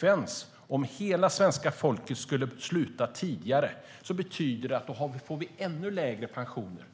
Men om hela svenska folket skulle sluta tidigare får det som en konsekvens att vi får ännu lägre pensioner.